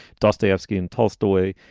dostoyevsky and tolstoy.